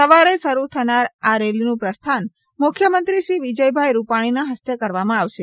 સવારે શરૂ થનાર આ રેલીનુ પ્રસ્થાન મુખ્યમંત્રીશ્રી વિજયભાઈ રૂપાણીના હસ્તે કરવામાં આવશે